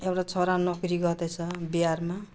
एउटा छोरा नोकरी गर्दैछ बिहारमा